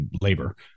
labor